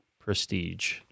prestige